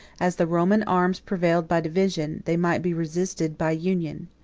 as the roman arms prevailed by division, they might be resisted by union.